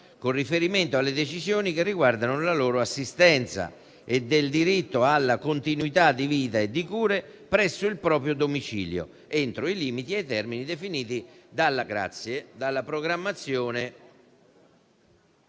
con riferimento alle decisioni che riguardano la loro assistenza, e del diritto alla continuità di vita e di cure presso il proprio domicilio, entro i limiti e i termini definiti dalla programmazione